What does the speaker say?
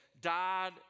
died